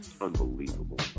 Unbelievable